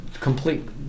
complete